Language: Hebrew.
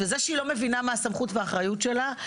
זה שהיא לא מבינה מה הסמכות והאחריות שלה.